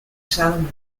salomon